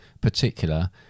particular